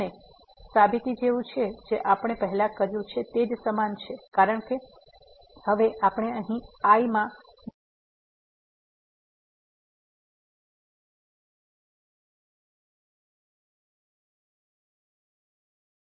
અને સાબિતી જેવું છે જે આપણે પહેલા કર્યું છે તે જ સમાન છે કારણ કે હવે આપણે અહીં આ I માં બે ઇન્ટરવલ નો વિચાર કરી શકીએ છીએ